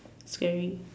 scary